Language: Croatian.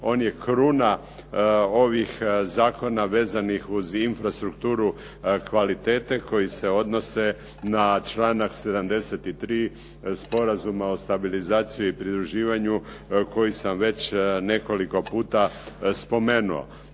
On je kruna ovih zakona vezanih uz infrastrukturu kvalitete koji se odnose na članak 73. Sporazuma o stabilizaciji i pridruživanju koji sam već nekoliko puta spomenuo.